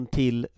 till